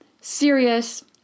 serious